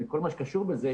וכל מה שקשור בזה,